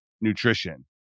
nutrition